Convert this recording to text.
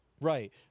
Right